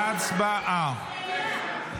הצבעה.